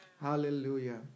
Hallelujah